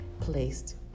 placed